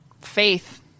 faith